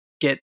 get